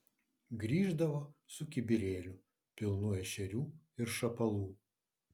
grįždavo su kibirėliu pilnu ešerių ir šapalų